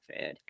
food